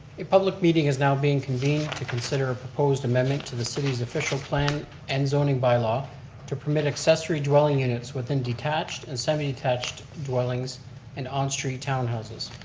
a public meeting is now being convened to consider a proposed amendment to the city's official plan and zoning by law to permit accessory dwelling units within detached and semi attached dwellings and on street townhouses.